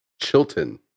chilton